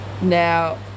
Now